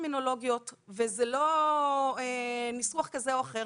טרמינולוגיות או ניסוח כזה או אחר.